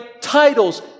titles